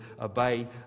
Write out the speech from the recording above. obey